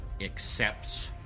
accepts